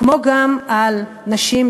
כמו גם על נשים,